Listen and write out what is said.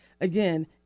Again